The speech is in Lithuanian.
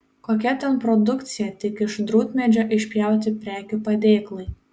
kokia ten produkcija tik iš drūtmedžio išpjauti prekių padėklai